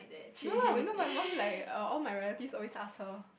no lah we know my mum like err all my relatives always ask her